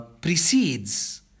Precedes